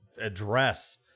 address